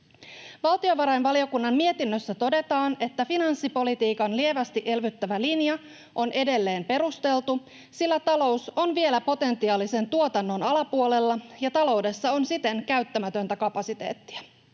Valtiovarainvaliokunnan mietinnössä todetaan, että finanssipolitiikan lievästi elvyttävä linja on edelleen perusteltu, sillä talous on vielä potentiaalisen tuotannon alapuolella ja taloudessa on siten käyttämätöntä kapasiteettia.